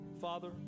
Father